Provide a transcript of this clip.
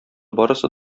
барысы